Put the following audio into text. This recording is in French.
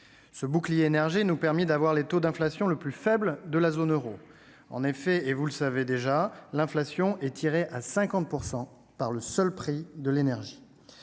Ce bouclier énergie nous permet d'avoir le taux d'inflation le plus faible de la zone euro. En effet, et vous le savez déjà, l'inflation est tirée à 50 % par le seul prix de l'énergie.